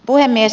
puhemies